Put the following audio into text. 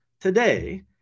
today